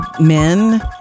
men